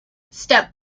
step